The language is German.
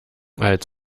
als